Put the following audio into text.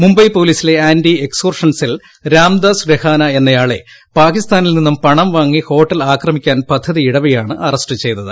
മുംബൈ പോലീസിലെ anti extortion cell Ramdas Rahana എന്നയാളെ പാകിസ്ഥാന്തിൽ നിന്നും പണം വാങ്ങി ഹോട്ടൽ ആക്രമിക്കാൻ പദ്ധതിയിട്ടപ്പെയാണ് അറസ്റ്റ് ചെയ്തത്